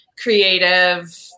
creative